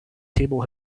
table